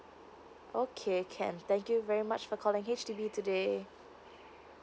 okay can thank you very much for calling H_D_B today